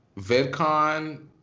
VidCon